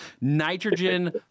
Nitrogen